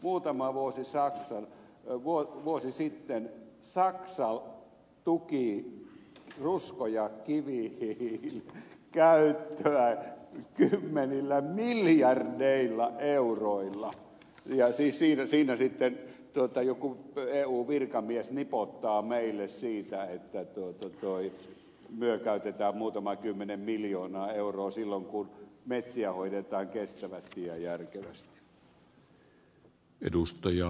muutama vuosi sitten saksa tuki rusko ja kivihiilen käyttöä kymmenillä miljardeilla euroilla ja sitten joku eu virkamies nipottaa meille siitä että me käytämme muutaman kymmenen miljoonaa euroa silloin kun metsiä hoidetaan kestävästi ja järkevästi